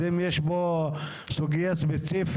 אז אם יש פה סוגייה ספציפית,